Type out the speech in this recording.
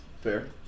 Fair